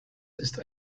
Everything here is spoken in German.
ist